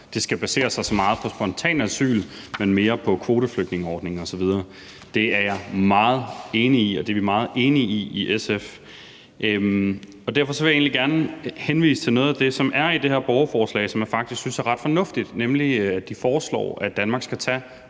det skal basere sig så meget på spontant asyl, men mere på kvoteflygtningeordninger osv. Det er jeg meget enig i, og det er vi meget enige i i SF. Derfor vil jeg egentlig gerne henvise til noget af det, som er i det her borgerforslag, og som jeg faktisk synes er ret fornuftigt, nemlig at de foreslår, at Danmark skal tage